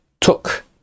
took